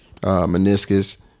meniscus